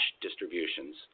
distributions